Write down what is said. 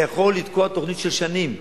אתה יכול לתקוע תוכנית של שנים.